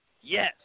yes